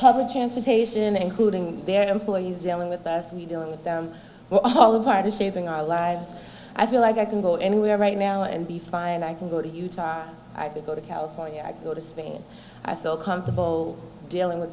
public transportation including their employees dealing with us and we dealing with well all of our the shaping our lives i feel like i can go anywhere right now and be fine i can go to utah i could go to california i go to spain i feel comfortable dealing with